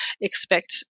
expect